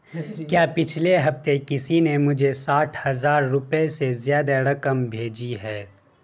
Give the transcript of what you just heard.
کیا پچھلے ہفتے کسی نے مجھے ساٹھ ہزار روپئے سے زیادہ رقم بھیجی ہے